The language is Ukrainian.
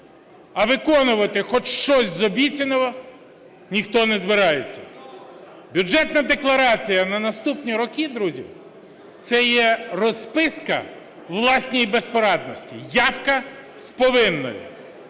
а виконувати хоч щось з обіцяного ніхто не збирається. Бюджетна декларація на наступні роки, друзі, це є розписка у власній безпорадності, явка з повинною.